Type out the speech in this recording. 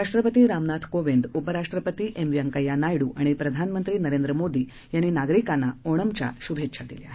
राष्ट्रपती रामनाथ कोविंद उपराष्ट्रपती व्यंकय्या नायडू आणि प्रधानमंत्री नरेंद्र मोदी यांनी नागरिकांना ओणमच्या शुभेच्छा दिल्या आहेत